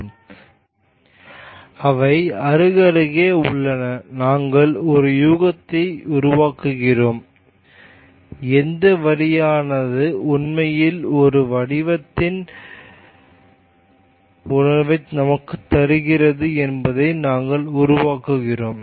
எனவே சைகை வரிகளில் கோடுகள் மிகவும் நன்கு வரையறுக்கப்படவில்லை எங்களிடம் ஒரு வரிசைக் குழு உள்ளது அவை அருகருகே உள்ளன நாங்கள் ஒரு யூகத்தை உருவாக்குகிறோம் எந்த வரியானது உண்மையில் ஒரு வடிவத்தின் உணர்வை நமக்குத் தருகிறது என்பதை நாங்கள் உருவாக்குகிறோம்